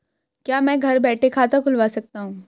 क्या मैं घर बैठे खाता खुलवा सकता हूँ?